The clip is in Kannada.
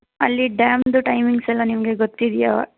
ಅಲ್ಲಿ ಡ್ಯಾಮ್ದು ಟೈಮಿಂಗ್ಸೆಲ್ಲ ನಿಮಗೆ ಗೊತ್ತಿದೆಯಾ